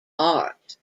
art